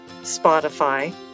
Spotify